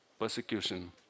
persecution